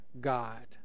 God